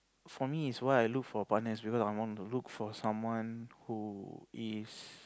for me is why I look for a partner is because I wanna look for someone who is